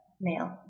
male